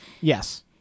Yes